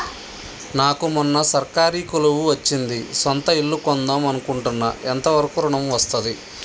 నాకు మొన్న సర్కారీ కొలువు వచ్చింది సొంత ఇల్లు కొన్దాం అనుకుంటున్నా ఎంత వరకు ఋణం వస్తది?